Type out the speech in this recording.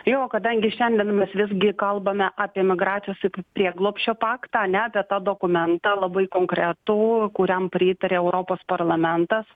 jo kadangi šiandien mes visgi kalbame apie migracijos prieglobsčio paktą ane apie tą dokumentą labai konkretų kuriam pritarė europos parlamentas